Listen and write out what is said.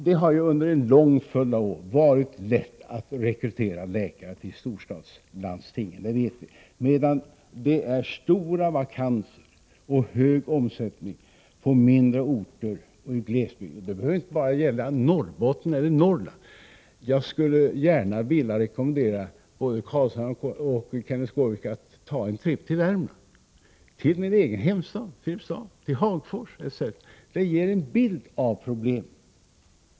Det har ju under en lång följd av år varit lätt att rekrytera läkare till storstadslandstingen, medan det är många vakanser och hög omsättning på mindre orter och i glesbygden — det behöver inte bara gälla Norrbotten eller Norrland. Jag skulle gärna vilja rekommendera både Nils Carlshamre och Kenth Skårvik att ta en tripp till Värmland, till min egen hemstad Filipstad, till Hagfors etc. Det ger en bild av problemet.